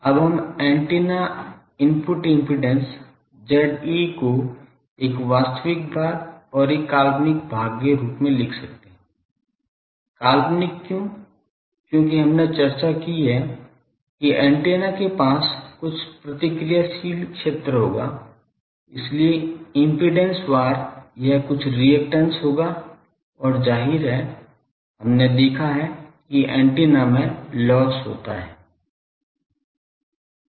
अब हम antenna input impedance ZA को एक वास्तविक भाग और एक काल्पनिक भाग के रूप में लिख सकते हैं काल्पनिक क्यों क्योंकि हमने चर्चा की है की ऐन्टेना के पास कुछ प्रतिक्रियाशील क्षेत्र होगा इसलिए इम्पीडेन्स वार यह कुछ रिअक्टैंस होगा और जाहिर है हमने देखा है कि एंटीना में लॉस होता हैं